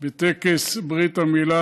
בטקס ברית המילה,